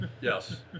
Yes